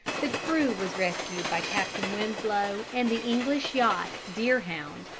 the crew was rescued by captain winslow and the english yacht deerhound,